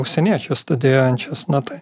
užsieniečius studijuojančius na tai